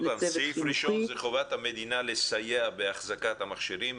סעיף ראשון זה חובת המדינה לסייע באחזקת המכשירים.